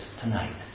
tonight